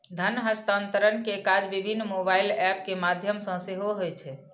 धन हस्तांतरण के काज विभिन्न मोबाइल एप के माध्यम सं सेहो होइ छै